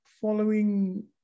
following